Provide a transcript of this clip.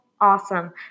awesome